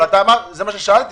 זה מה ששאלתי.